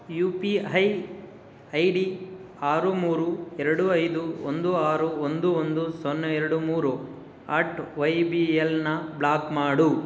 you P I I D ಆರು ಮೂರು ಎರಡು ಐದು ಒಂದು ಆರು ಒಂದು ಒಂದು ಸೊನ್ನೆ ಎರಡು ಮೂರು ಅಟ್ ವೈ ಬಿ ಎಲ್ನ ಬ್ಲಾಕ್ ಮಾಡು